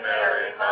Mary